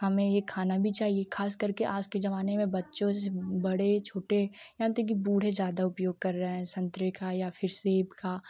हमें यह खाना भी चाहिए खास करके आज के ज़माने में बच्चों से बड़े छोटे यहाँ तक की बूढ़े ज़्यादा उपयोग कर रहे हैं संतरे का या फ़िर सेब का